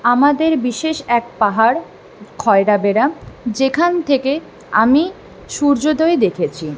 আমাদের বিশেষ এক পাহাড় খয়রাবেড়া যেখান থেকে আমি সূর্যোদয় দেখেছি